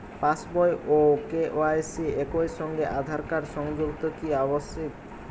পাশ বই ও কে.ওয়াই.সি একই সঙ্গে আঁধার কার্ড সংযুক্ত কি আবশিক?